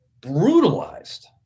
brutalized